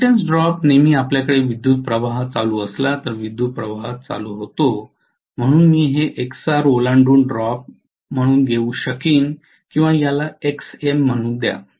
reactance drop नेहमी आपल्याकडे विद्युतप्रवाह चालू असला तर विद्युतप्रवाह चालू होतो म्हणून मी हे Xar ओलांडून ड्रॉप म्हणून घेऊ शकेन किंवा याला Xm म्हणू द्या